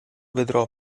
vedrò